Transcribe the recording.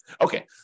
Okay